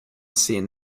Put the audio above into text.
seeing